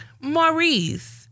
Maurice